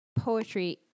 poetry